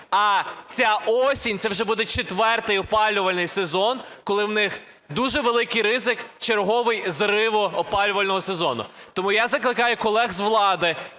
А ця осінь - це вже буде четвертий опалювальний сезон, коли в них дуже великий ризик черговий зриву опалювального сезону. Тому я закликаю колег з влади,